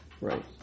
Right